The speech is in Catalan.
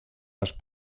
les